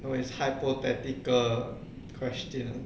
no it's hypothetical question